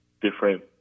different